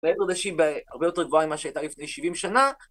מעבר לזה שהיא הרבה יותר גבוהה ממה שהיא הייתה לפני 70 שנה